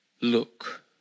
Look